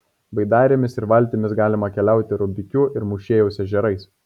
baidarėmis ir valtimis galima keliauti rubikių ir mūšėjaus ežerais